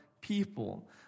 people